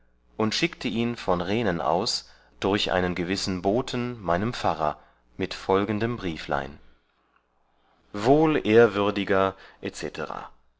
und schickte ihn von rehnen aus durch einen gewissen boten meinem pfarrer mit folgendem brieflein wohlehrwürdiger etc